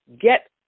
Get